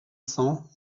cent